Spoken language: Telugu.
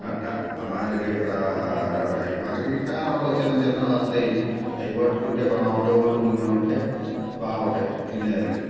అట్టా ఆ మాదిరిగా ఇక్కడ ఉంటాయి మనకి కాలవలో చిన్న చిన్నయొస్తాయి అయి పట్టుకుంటే మనం అప్పుడే వండుకున్నామంటే బాగుంటాయ్ తినేదానికి